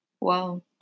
Wow